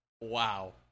Wow